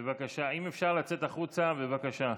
בבקשה, אם אפשר, לצאת החוצה, בבקשה.